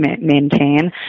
maintain